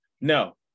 No